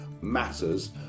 matters